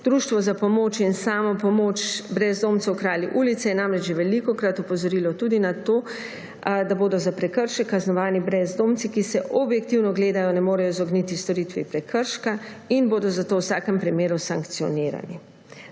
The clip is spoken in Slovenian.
Društvo za pomoč in samopomoč brezdomcev Kralji ulice je namreč že velikokrat opozorilo tudi na to, da bodo za prekršek kaznovani brezdomci, ki se objektivno gledano ne morejo izogniti storitvi prekrška in bodo zato v vsakem primeru sankcionirani.